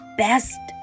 best